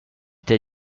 t’a